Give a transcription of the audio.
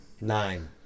Nine